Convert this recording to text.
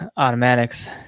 automatics